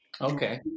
Okay